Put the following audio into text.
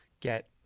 get